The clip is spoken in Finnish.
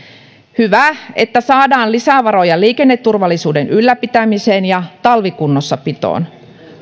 hyvä että saadaan lisävaroja liikenneturvallisuuden ylläpitämiseen ja talvikunnossapitoon